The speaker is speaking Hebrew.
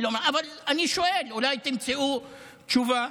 אבל אני שואל, אולי תמצאו תשובה.